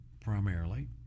primarily